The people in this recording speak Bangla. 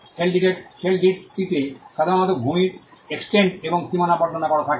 শিডিউল টিতে সাধারণত ভূমির এক্সটেন্ট এবং এর সীমানা বর্ণনা করা থাকে